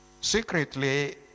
secretly